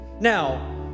now